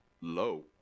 low